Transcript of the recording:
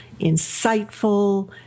insightful